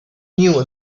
knew